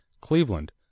Cleveland